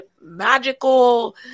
magical